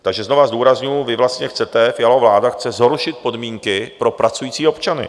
Takže znovu zdůrazňuji, vy vlastně chcete, Fialova vláda chce zhoršit podmínky pro pracující občany.